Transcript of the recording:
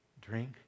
drink